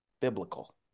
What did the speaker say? biblical